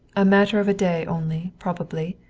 a matter of a day only, probably.